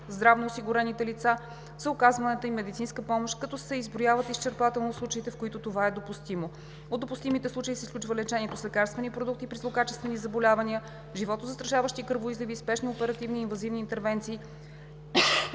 здравноосигурените лица за оказваната им медицинска помощ, като се изброяват изчерпателно случаите, в които това е допустимо. От допустимите случаи се изключва лечението с лекарствени продукти при злокачествени заболявания, животозастрашаващи кръвоизливи и спешни оперативни и инвазивни интервенции